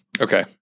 Okay